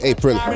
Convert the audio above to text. April